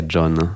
John